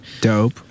Dope